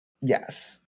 Yes